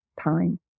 time